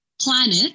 planet